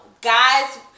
guys